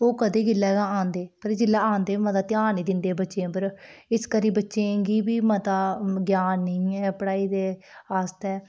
ओह् कदें गेल्लै गै आंदे पर जेल्लै आंदे ते मता ध्यान निं दिंदे बच्चें उप्पर इसकरी बच्चें गी बी मता ज्ञान नेईं ऐ पढ़ाई दे आस्तै